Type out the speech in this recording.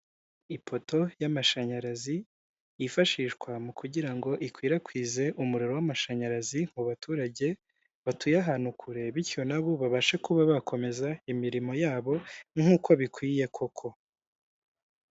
Ipoto y'amashanyarazi yifashishwa mu kugira ngo ikwirakwize umuriro w'amashanyarazi mu baturage batuye ahantu kure bityo nabo babashe kuba bakomeza imirimo yabo nk’uko bikwiye koko.